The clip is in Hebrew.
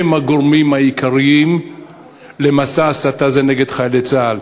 הם הגורמים העיקריים למסע ההסתה הזה נגד חיילי צה"ל.